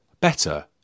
better